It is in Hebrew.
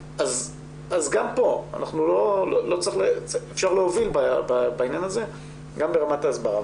גם כאן, אפשר להוביל בעניין הזה גם ברמת ההסברה.